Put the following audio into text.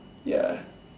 ya